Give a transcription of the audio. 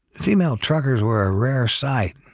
female truckers were a rare sight.